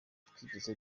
twigeze